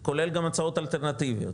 וכולל גם הצעות אלטרנטיביות,